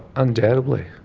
undoubtedly.